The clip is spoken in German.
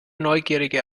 neugierige